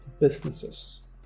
businesses